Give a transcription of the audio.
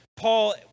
Paul